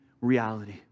reality